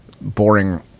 boring